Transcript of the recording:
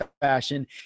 fashion